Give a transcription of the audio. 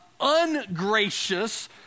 ungracious